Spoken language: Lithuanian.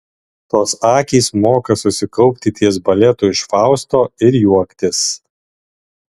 tos akys moka susikaupti ties baletu iš fausto ir juoktis